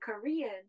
Korean